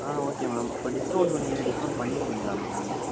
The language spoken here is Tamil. ஆ ஓகே மேம் இப்போ டிஸ்கௌண்ட் சொன்னீங்களே டிஸ்கௌண்ட் பண்ணிருக்கீங்களா மேம் நீங்கள்